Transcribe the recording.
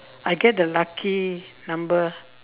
I get the lucky number